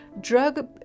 drug